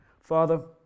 Father